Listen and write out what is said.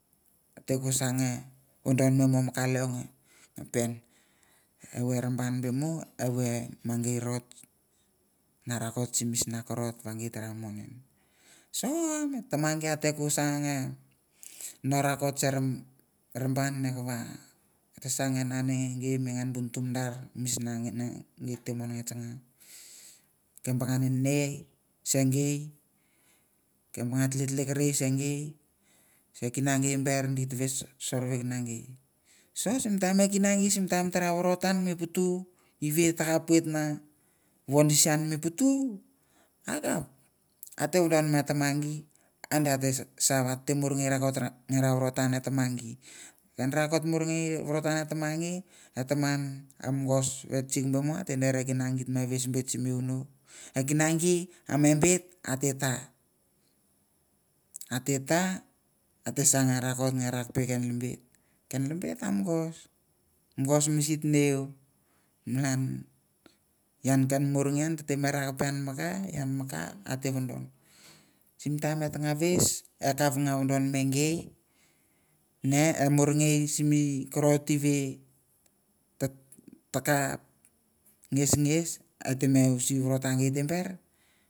Ate ko sa nge vodon me mo mi ka leong nge pen evoi e raban be mo evoi me ngei rot na rakot sim misna korot ngei tara mon en. So e tama gi ate ko sa nge no' rakot se raban ne gei te mon nge tsanga ke bang nenei se gei, ke banga tletle kerei se gei, se kina gei ber di ta ves sorvekina gei. So sim taim e kina gi sim taim ta ra vorotan mi putu ive ta kapoit na vodisi ian mi putu, akap ate vodonme e tama gi, a di ate sa va te mor ngei rakot nge ra e taman a mogos vetsik be mo ate deri e kina gi te me ves bet simi vono. E kina gi a me bet ate ta, e kina gi te me sa nge rakot nge rakpe ken lembet, ken lembet a mogos, mogos misitneu malan ian ken morngei an tete me rakpe ian mi ka ate vodon, sim taim et nga ves e kap nga vodonme gei, ne e morngei simi korot ive ta takap nges ete me visi vorota gei tem ber